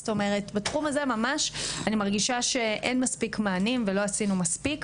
אני מרגישה שאין פה מספיק מענים ולא עשינו מספיק.